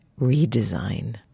redesign